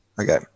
okay